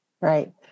Right